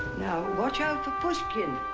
now watch out for pushkin.